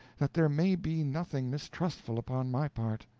that there may be nothing mistrustful upon my part.